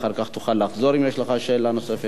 אחר כך תוכל לחזור אם יש לך שאלה נוספת.